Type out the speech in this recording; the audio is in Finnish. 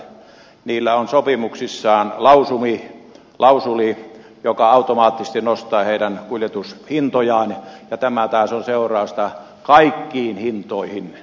niillä on sopimuksissaan klausuuli joka automaattisesti nostaa niiden kuljetushintoja ja tällä taas on seurausta kaikkiin hintoihin